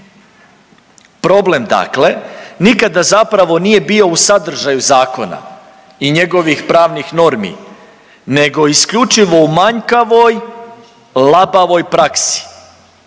Problem dakle nikada zapravo nije bio u sadržaju zakona i njegovih pravnih normi nego isključivo u manjkavoj labavoj praksi.